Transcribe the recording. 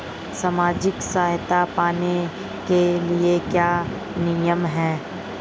सामाजिक सहायता पाने के लिए क्या नियम हैं?